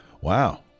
Wow